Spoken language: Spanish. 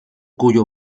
cuyo